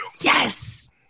Yes